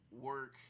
work